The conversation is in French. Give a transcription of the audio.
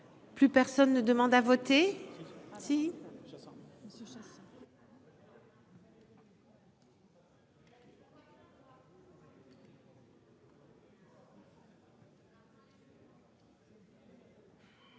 Plus personne ne demande à voter